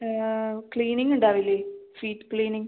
cleaning ഉണ്ടാവില്ലേ feet cleaning